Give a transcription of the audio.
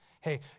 Hey